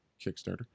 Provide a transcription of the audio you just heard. Kickstarter